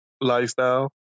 lifestyle